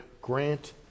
grant